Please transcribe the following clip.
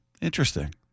Interesting